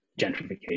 gentrification